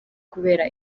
kubera